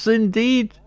indeed